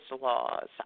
laws